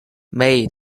may